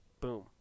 Boom